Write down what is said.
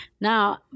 Now